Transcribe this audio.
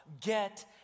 Get